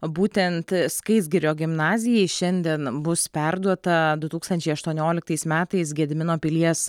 būtent skaisgirio gimnazijai šiandien bus perduota du tūkstančiai aštuonioliktais metais gedimino pilies